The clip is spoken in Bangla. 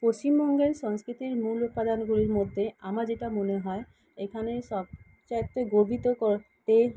পশ্চিমবঙ্গের সংস্কৃতির মূল উপাদানগুলির মধ্যে আমার যেটা মনে হয় এখানে সবচাইতে গর্বিত করতে